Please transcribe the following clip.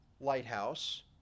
lighthouse